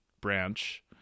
branch